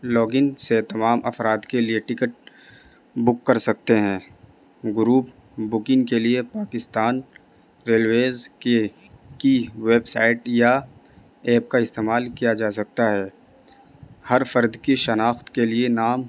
log in سے تمام افراد کے لیے ٹکٹ بک کر سکتے ہیں گروپ بکنگ کے لیے پاکستان ریلویز کی کی ویب سائٹ یا ایپ کا استعمال کیا جا سکتا ہے ہر فرد کی شناخت کے لیے نام